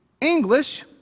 English